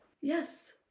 Yes